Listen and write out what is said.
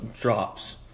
drops